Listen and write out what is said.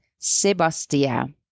Sebastia